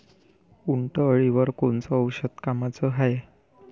उंटअळीवर कोनचं औषध कामाचं हाये?